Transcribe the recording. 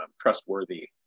trustworthy